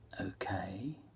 Okay